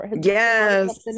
yes